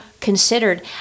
considered